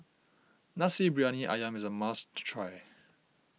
Nasi Briyani Ayam is a must try